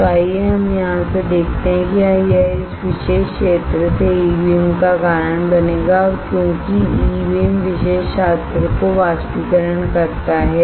तो आइए हम यहाँ से देखते हैं कि यह इस विशेष क्षेत्र से ई बीम का कारण बनेगा और क्योंकि ई बीम विशेष क्षेत्र को वाष्पीकरण करता है